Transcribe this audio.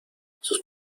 sus